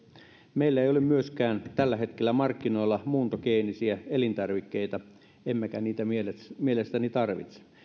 meillä ei ole myöskään tällä hetkellä markkinoilla muuntogeenisiä elintarvikkeita emmekä niitä mielestäni mielestäni tarvitse